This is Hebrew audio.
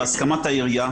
בהסכמת העירייה,